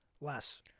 less